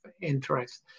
interest